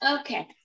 Okay